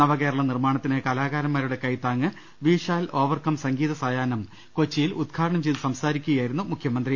നവകേരള നിർമാണത്തിന് കലാകാരന്മാരുടെ കൈത്താങ്ങ് വി ഷാൽ ഓവർക്ം സംഗീത സായാഹ്നം കൊച്ചിയിൽ ഉദ്ഘാ ടനം ചെയ്യുകയായിരുന്നു മുഖ്യമന്ത്രി